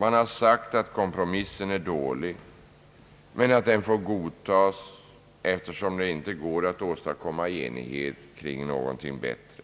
Man har sagt att kompromissen är dålig men att den får godtas eftersom det inte går att åstadkomma enighet kring någonting bättre.